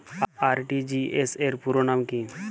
RTGS র পুরো নাম কি?